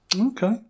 Okay